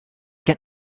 can